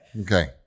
Okay